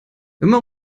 immer